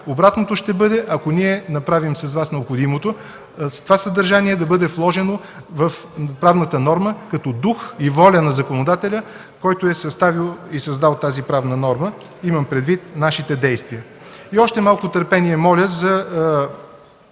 Обратното ще бъде, ако ние направим с Вас необходимото това съдържание да бъде вложено в правната норма като дух и воля на законодателя, който е съставил и създал тази правна норма – имам предвид нашите действия. И още малко търпение моля за